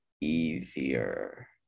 easier